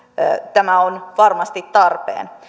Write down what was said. tämä on varmasti tarpeen